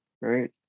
right